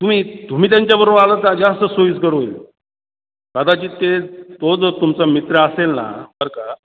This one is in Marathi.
तुम्ही तुम्ही त्यांच्याबरोबर आलात तर जास्त सोयीस्कर होईल कादाचित ते तो जो तुमचा मित्र असेल ना बरं का